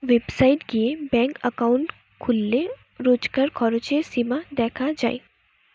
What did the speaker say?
website গিয়ে bank account খুললে রোজকার খরচের সীমা দেখা যায়